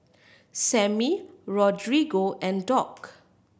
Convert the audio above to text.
Sammy Rodrigo and Dock